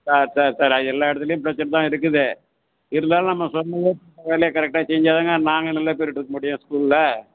sir sir sir எல்லா இடத்துலயும் பிரச்சனதா இருக்குது இருந்தாலும் நம்ம வேலைய கரக்ட்டா செஞ்சாதாங்க நாங்கள் நல்ல பெயரு எடுக்க முடியும் ஸ்கூலில்